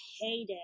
heyday